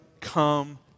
come